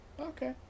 Okay